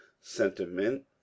sentiment